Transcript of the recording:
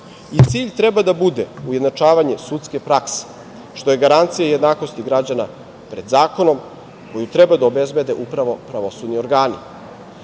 I cilj treba da bude ujednačavanje sudske prakse, što je garancija jednakosti građana pred zakonom, koju treba da obezbede upravo pravosudni organi.